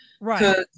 Right